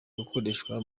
gukoreshwa